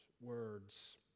words